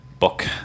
book